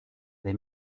they